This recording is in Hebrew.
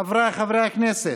חבריי חברי הכנסת,